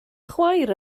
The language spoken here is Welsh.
chwaer